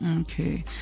Okay